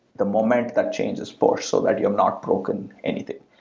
the moment that change is pushed so that you've not broken anything.